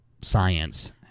science